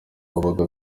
wabaga